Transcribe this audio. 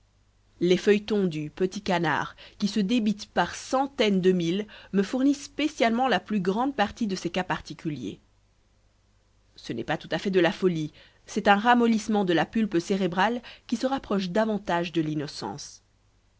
les feuilletons du petit canard qui se débitent par centaines de mille me fournissent spécialement la plus grande partie de ces cas particuliers ce n'est pas tout à fait de la folie c'est un ramollissement de la pulpe cérébrale qui se rapproche davantage de l'innocence